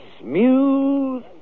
smooth